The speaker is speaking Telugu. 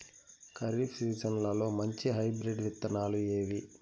ఖరీఫ్ సీజన్లలో మంచి హైబ్రిడ్ విత్తనాలు ఏవి